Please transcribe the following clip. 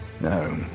No